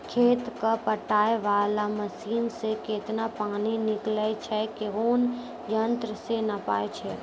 खेत कऽ पटाय वाला मसीन से केतना पानी निकलैय छै कोन यंत्र से नपाय छै